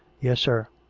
yes, sir.